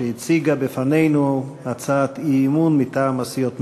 שהציגה בפנינו הצעת אי-אמון מטעם סיעות מרצ,